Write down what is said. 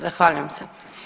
Zahvaljujem se.